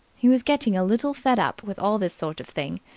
he was getting a little fed up with all this sort of thing.